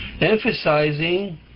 emphasizing